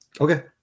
Okay